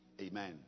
Amen